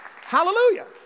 Hallelujah